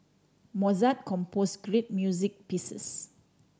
Mozart compose great music pieces